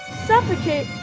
suffocate,